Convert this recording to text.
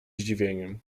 zdziwieniem